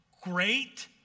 great